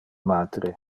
matre